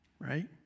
right